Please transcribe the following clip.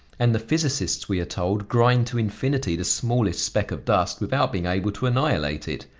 and the physicists, we are told, grind to infinity the smallest speck of dust without being able to annihilate it.